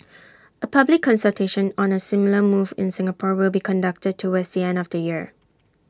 A public consultation on A similar move in Singapore will be conducted towards the end of the year